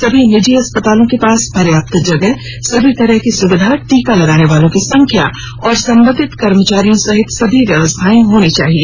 सभी निजी अस्पतालों के पास पर्याप्त जगह सभी तरह की सुविधा टीका लगाने वालों की संख्या और संबंधित कर्मचारियों सहित सभी व्यवस्थाएं होनी चाहिए